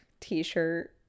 t-shirt